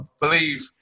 believe